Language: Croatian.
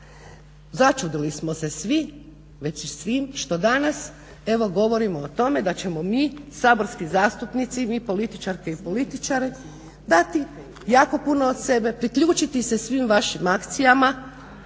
Začudili smo se svi već s tim što danas evo govorimo o tome da ćemo mi saborski zastupnici, mi političarke i političari dati jako puno od sebe, priključiti se svim vašim akcijama